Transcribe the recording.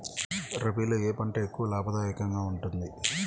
రబీలో ఏ పంట ఎక్కువ లాభదాయకంగా ఉంటుంది?